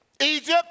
Egypt